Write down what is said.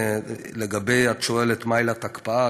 את שואלת מה עילת ההקפאה,